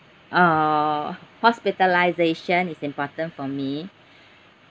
err hospitalisation is important for me